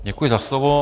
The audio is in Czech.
Děkuji za slovo.